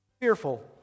fearful